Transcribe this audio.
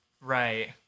Right